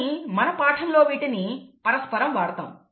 కానీ మన పాఠంలో వీటిని పరస్పరం వాడతాం